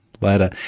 later